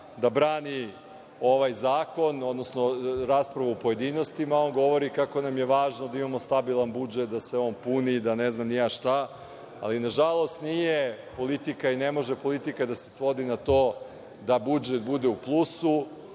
da brani ovaj zakon, odnosno raspravu u pojedinostima, on govori kako nam je važno da imamo stabilan budžet, da se on puni, da ne znam ni ja šta. Ali, nažalost nije politika i ne može politika da se svodi na to da budžet bude u plusu,